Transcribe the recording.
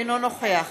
אינו נוכח